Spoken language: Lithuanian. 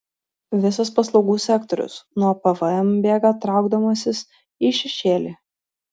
visas paslaugų sektorius nuo pvm bėga traukdamasis į šešėlį